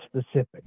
specific